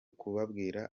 kubwira